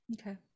okay